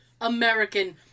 American